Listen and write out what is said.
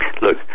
look